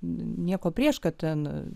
nieko prieš kad ten